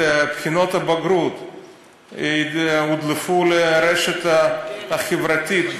בחינות הבגרות הודלפו לרשת החברתית.